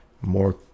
more